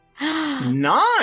Nine